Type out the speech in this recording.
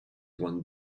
one